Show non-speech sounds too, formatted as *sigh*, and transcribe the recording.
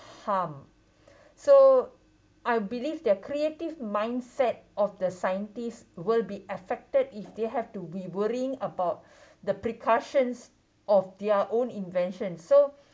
harm so I believe their creative mindset of the scientists will be affected if they have to be worrying *breath* about the precautions of their own invention so